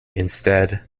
instead